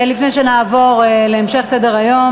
לפני שנעבור להמשך סדר-היום,